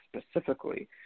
specifically